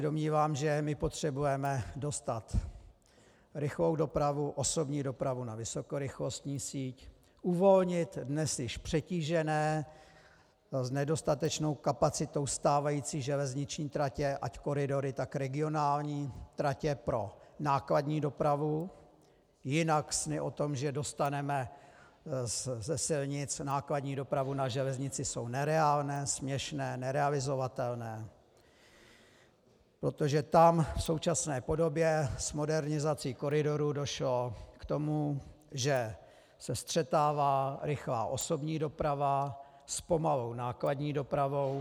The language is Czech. Domnívám se, že my potřebujeme dostat rychlou dopravu, osobní dopravu na vysokorychlostní síť, uvolnit dnes již přetížené, s nedostatečnou kapacitou stávající železniční tratě, ať koridory, tak regionální tratě pro nákladní dopravu, jinak sny o tom, že dostaneme ze silnic nákladní dopravu na železnici, jsou nereálné, směšné, nerealizovatelné, protože tam v současné podobě s modernizací koridorů došlo k tomu, že se střetává rychlá osobní doprava s pomalou nákladní dopravou.